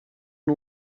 een